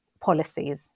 policies